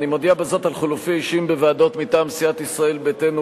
אני מודיע בזאת על חילופי אישים בוועדות מטעם סיעת ישראל ביתנו,